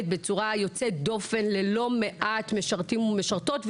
בצורה יוצאת דופן ללא מעט משרתים ומשרתות,